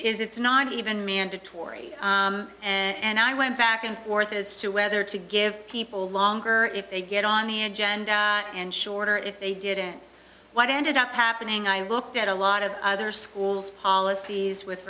is it's not even mandatory and i went back and forth as to whether to give people longer if they get on the agenda and shorter if they did and what ended up happening i looked at a lot of other schools policies with